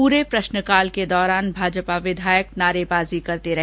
पूरे प्रश्नकाल के दौरान भाजपा विधायक नारेबाजी करते रहे